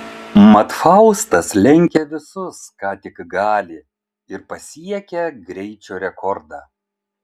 mat faustas lenkia visus ką tik gali ir pasiekia greičio rekordą